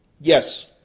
Yes